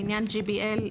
לעניין GBL,